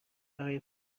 برای